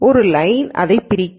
எனவே ஒரு லைன் இதை பிரிக்கும்